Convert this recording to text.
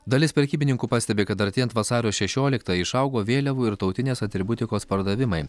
dalis prekybininkų pastebi kad artėjant vasario šešioliktai išaugo vėliavų ir tautinės atributikos pardavimai